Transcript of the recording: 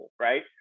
Right